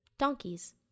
Donkeys